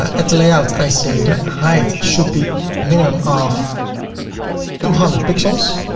at the layout i say the height should be minimum of two hundred pixels.